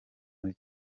muri